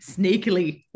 sneakily